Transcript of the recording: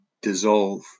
dissolve